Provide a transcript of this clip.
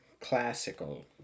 classical